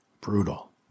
brutal